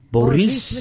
Boris